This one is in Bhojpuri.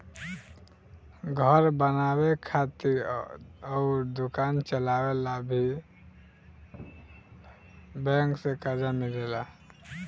घर बनावे खातिर अउर दोकान चलावे ला भी बैंक से कर्जा मिलेला